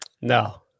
No